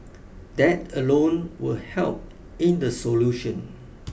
that alone will help in the solution